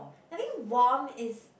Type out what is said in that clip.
I think warm is